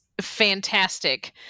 fantastic